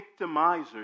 victimizers